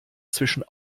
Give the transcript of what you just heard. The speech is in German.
zwischen